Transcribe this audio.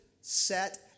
set